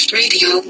radio